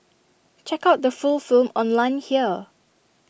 check out the full film online here